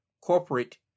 corporate